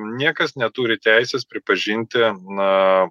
niekas neturi teisės pripažinti na